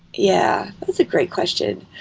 yeah, that's a great question.